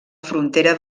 frontera